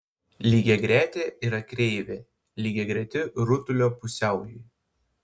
lygiagretė yra kreivė lygiagreti rutulio pusiaujui